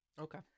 Okay